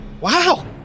Wow